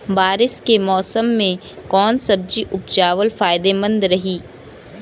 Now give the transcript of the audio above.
बारिश के मौषम मे कौन सब्जी उपजावल फायदेमंद रही?